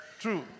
True